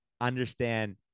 understand